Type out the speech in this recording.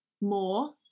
more